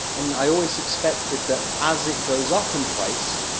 and i always expected that as it goes up in price,